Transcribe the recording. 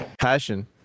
passion